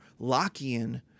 Lockean